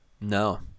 No